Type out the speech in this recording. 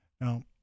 Now